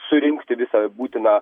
surinkti visą būtiną